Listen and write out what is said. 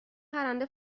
پرنده